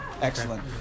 excellent